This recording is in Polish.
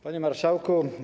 Panie Marszałku!